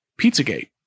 PizzaGate